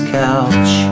couch